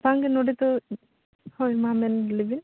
ᱵᱟᱝᱜᱮ ᱱᱚᱸᱰᱮ ᱫᱚ ᱦᱳᱭ ᱢᱟ ᱢᱮᱱ ᱞᱤᱵᱤᱱ